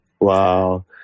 Wow